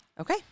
Okay